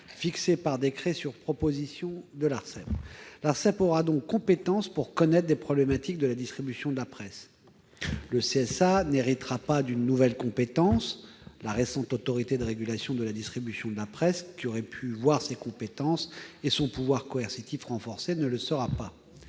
fixés par décret sur proposition de l'Arcep. L'Arcep aura donc compétence pour connaître des problématiques de la distribution de la presse. Le CSA n'héritera pas d'une nouvelle compétence, pas plus que la récente Autorité de régulation de la distribution de la presse, qui aurait pu voir ses compétences et son pouvoir coercitif renforcés. Au lieu de